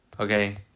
okay